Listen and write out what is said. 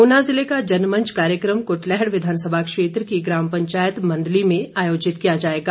ऊना ज़िले का जनमंच कार्यक्रम कुटलैहड़ विधानसभा क्षेत्र की ग्राम पंचायत मंदली में आयोजित किया जाएगा